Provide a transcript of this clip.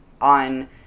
on